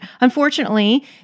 unfortunately